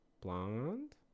Blonde